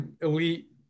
elite